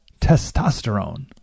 testosterone